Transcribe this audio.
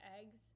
eggs